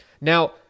Now